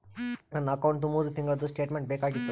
ನನ್ನ ಅಕೌಂಟ್ದು ಮೂರು ತಿಂಗಳದು ಸ್ಟೇಟ್ಮೆಂಟ್ ಬೇಕಾಗಿತ್ತು?